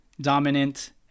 dominant